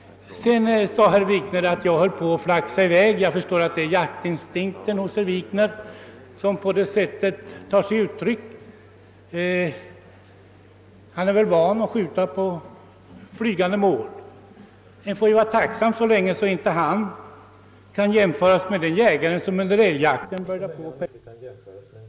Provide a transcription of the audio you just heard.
Sedan sade herr Wikner att jag höll på att flaxa iväg. Det är väl herr Wik ners jaktinstinkt som tar sig uttryck på detta sätt, ty han är förstås van att skjuta på flygande mål. Man får väl vara tacksam så länge han inte kan jämföras med den jägare som under älgjakten började peppra på en traktor i tron att det rörde sig om en jägare. Herr talman!